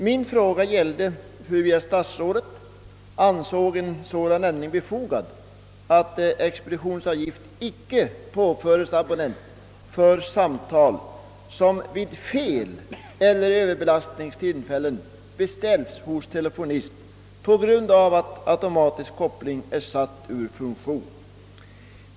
Mina frågor gällde, huruvida statsrådet ansåg en sådan ändring befogad, att expeditionsavgift icke påföres abonnent för samtal, som vid feleller överbelastningstillfällen beställs hos telefonist på grund av att automatisk koppling är satt ur funktion.